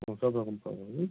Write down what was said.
ও সব রকম পাওয়া যাবে তাই তো